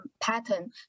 pattern